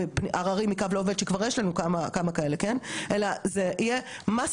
אלא זה יהיה מסה של אנשים שיש להם ניכויים מטורפים מהפיקדון.